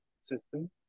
system